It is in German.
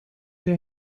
der